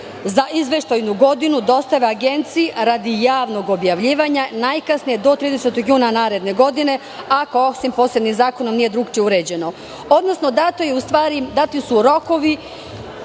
za izveštajnu godinu dostave agenciji radi javnog objavljivanja, najkasnije do 30. juna naredne godine, osim ako posebnim zakonom nije drugačije uređeno, odnosno dati su rokovi